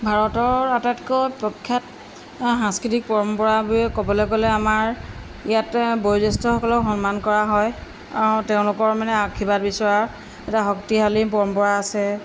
ভাৰতৰ আটাইতকৈ প্ৰখ্যাত সাংস্কৃতিক পৰম্পৰা বুলি ক'বলৈ গ'লে আমাৰ ইয়াতে বয়োজ্যেষ্ঠসকলক সন্মান কৰা হয় তেওঁলোকৰ মানে আশীৰ্বাদ বিচৰাৰ এটা শক্তিশালী পৰম্পৰা আছে